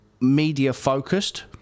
media-focused